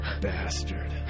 bastard